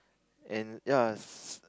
and ya s~